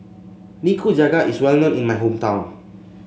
nikujaga is well known in my hometown